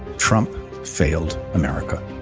trump failed america.